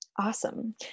Awesome